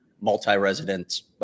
multi-residents